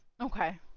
okay